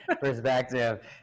perspective